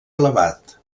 elevat